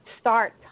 start